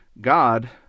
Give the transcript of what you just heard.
God